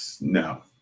No